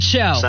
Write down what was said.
Show